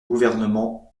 gouvernement